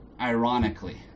ironically